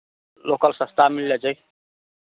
local सस्ता मिल जाइ छै